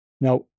Now